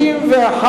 נתקבל.